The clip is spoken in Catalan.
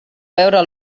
veure